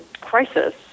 crisis